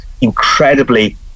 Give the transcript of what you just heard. incredibly